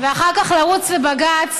ואחר כך לרוץ לבג"ץ,